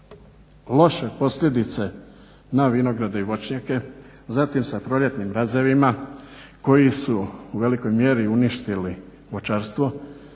loše posljedice na vinograde i voćnjake, zatim sa proljetnim mrazevima koji su u velikoj mjeri uništili voćarstvo.